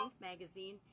magazine